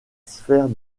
sphère